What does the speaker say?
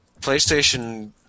PlayStation